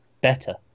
better